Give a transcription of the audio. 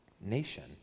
nation